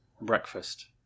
breakfast